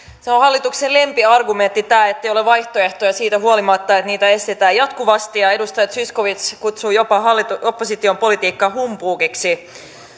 on hallituksen lempiargumentti tämä että ei ole vaihtoehtoja siitä huolimatta että niitä esitetään jatkuvasti ja edustaja zyskowicz jopa kutsui opposition politiikkaa humpuukiksi